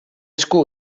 esku